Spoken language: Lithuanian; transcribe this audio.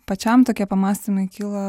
pačiam tokie pamąstymai kilo